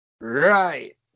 Right